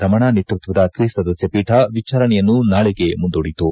ರಮಣ ನೇತೃತ್ವದ ತ್ರಿಸದಸ್ಯ ಪೀಠ ವಿಚಾರಣೆಯನ್ನು ನಾಳೆಗೆ ಮುಂದೂಡಿತು